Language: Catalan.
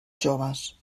joves